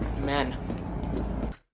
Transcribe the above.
Men